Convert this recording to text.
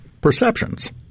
perceptions